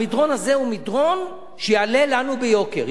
המדרון הזה הוא מדרון שיעלה לנו ביוקר,